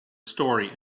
story